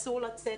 אסור לצאת,